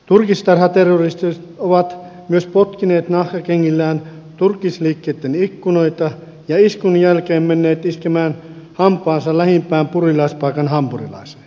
turkistarhaterroristit ovat myös potkineet nahkakengillään turkisliikkeitten ikkunoita ja iskun jälkeen menneet iskemään hampaansa lähimpään purilaispaikan hampurilaiseen